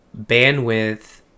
bandwidth